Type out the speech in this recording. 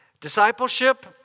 Discipleship